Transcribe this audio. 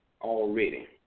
already